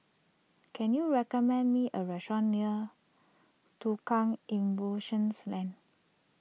can you recommend me a restaurant near Tukang Lane